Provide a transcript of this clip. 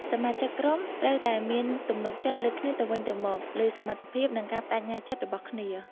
សមាជិកក្រុមត្រូវតែមានទំនុកចិត្តលើគ្នាទៅវិញទៅមកលើសមត្ថភាព និងការប្តេជ្ញាចិត្តរបស់គ្នា។